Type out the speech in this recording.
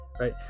right